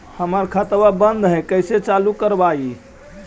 हमर खतवा बंद है कैसे चालु करवाई?